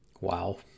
Wow